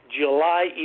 July